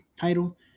title